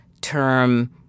term –